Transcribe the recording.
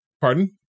pardon